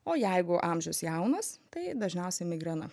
o jeigu amžius jaunas tai dažniausiai migrena